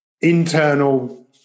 internal